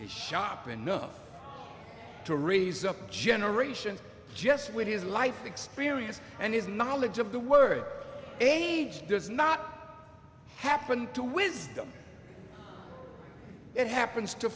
my shop enough to raise up generations just with his life experience and his knowledge of the word age does not happen to wisdom it happens to